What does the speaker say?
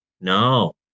No